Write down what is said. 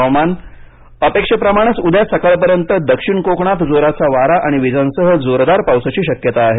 हुवामान अपेक्षेप्रमाणच उद्या सकाळपर्यंत दक्षिण कोकणात जोराचा वारा आणि वीजांसह जोरदार पावसाची शक्यता आहे